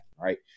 right